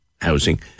housing